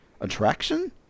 attraction